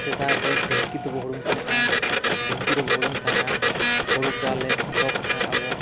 ᱥᱮᱫᱟᱭᱫᱚ ᱰᱷᱤᱝᱠᱤ ᱛᱮᱵᱚ ᱦᱩᱲᱩᱝ ᱛᱟᱦᱮᱸᱫᱼᱟ ᱰᱷᱤᱝᱠᱤ ᱨᱮᱵᱚ ᱦᱩᱲᱩᱝ ᱛᱟᱦᱮᱸᱫᱼᱟ ᱦᱩᱲᱩᱼᱪᱟᱣᱞᱮ ᱥᱚᱜ ᱛᱟᱦᱮᱸᱫ ᱟᱵᱚ